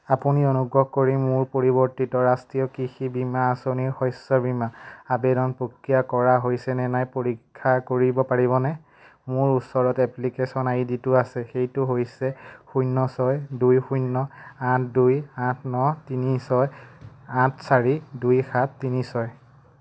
আপুনি অনুগ্ৰহ কৰি মোৰ পৰিৱৰ্তিত ৰাষ্ট্ৰীয় কৃষি বীমা আঁচনিৰ শস্য বীমা আবেদন প্ৰক্ৰিয়া কৰা হৈছে নে নাই পৰীক্ষা কৰিব পাৰিবনে মোৰ ওচৰত এপ্লিকেশ্যন আই ডিটো আছে সেইটো হৈছে শূন্য ছয় দুই শূন্য আঠ দুই আঠ ন তিনি ছয় আঠ চাৰি দুই সাত তিনি ছয়